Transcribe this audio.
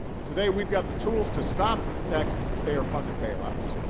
and today we've got the tools to stop taxpayer-funded bailouts.